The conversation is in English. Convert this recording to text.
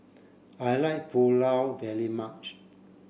I like Pulao very much